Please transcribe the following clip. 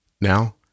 now